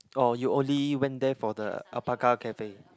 oh you only went there for the alpaca cafe